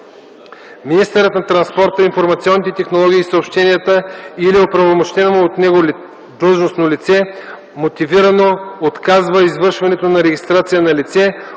Министърът на транспорта, информационните технологии и съобщенията или оправомощено от него длъжностно лице мотивирано отказва извършването на регистрация на лице,